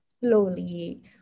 slowly